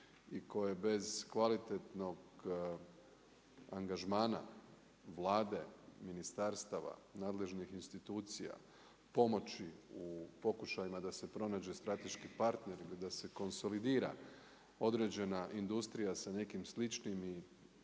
i koje bez kvalitetnog angažmana Vlade, ministarstva, nadležnih institucija, pomoći u pokušajima da se pronađe strateški partneri ili da se konsolidira određena industrija sa nekim sličnijim i